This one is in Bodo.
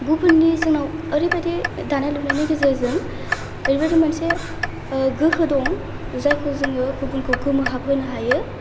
गुबुननि जोंनाव ओरैबायदि दानाय लुनायनि गेजेरजों ओरैबादि मोनसे गोहो दं जायखौ जोङो गुबुनखौ गोमोहाबहोनो हायो